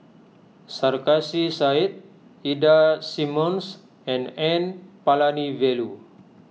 Sarkasi Said Ida Simmons and N Palanivelu